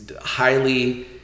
Highly